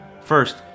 First